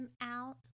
out